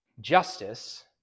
justice